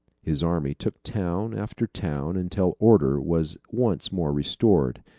his army took town after town until order was once more restored,